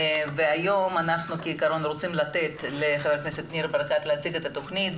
היום אנחנו כעיקרון רוצים לתת לחבר הכנסת ניר ברקת להציג את התוכנית.